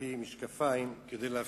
שמתי משקפיים כדי להפריד.